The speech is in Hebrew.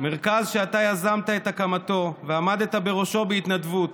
מרכז שאתה יזמת את הקמתו ועמדת בראשו בהתנדבות.